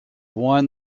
won